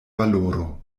valoro